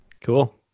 Cool